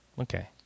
Okay